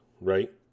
right